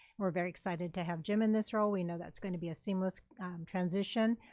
we're very excited to have jim in this role. we know that's going to be a seamless transition,